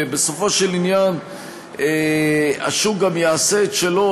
בסופו של עניין השוק גם יעשה את שלו,